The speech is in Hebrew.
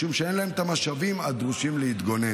משום שאין להם את המשאבים הדרושים להתגונן,